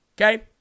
Okay